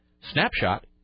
Snapshot